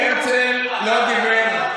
הרצל לא דיבר,